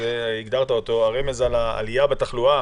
על העלייה בתחלואה,